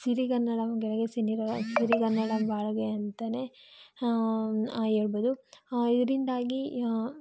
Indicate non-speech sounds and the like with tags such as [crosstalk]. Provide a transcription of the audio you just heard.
ಸಿರಿಗನ್ನಡಂ ಗೆಲ್ಗೆ [unintelligible] ಸಿರಿಗನ್ನಡಂ ಬಾಳ್ಗೆ ಅಂತಲೇ ಹೇಳ್ಬೋದು ಇದರಿಂದಾಗಿ